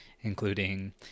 including